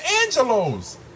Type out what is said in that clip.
Angelos